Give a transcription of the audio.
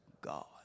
God